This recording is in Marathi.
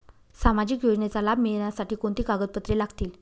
सामाजिक योजनेचा लाभ मिळण्यासाठी कोणती कागदपत्रे लागतील?